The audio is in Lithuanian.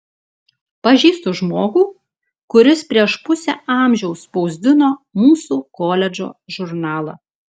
pažįstu žmogų kuris prieš pusę amžiaus spausdino mūsų koledžo žurnalą